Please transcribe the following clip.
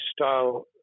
style